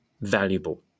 valuable